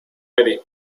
ready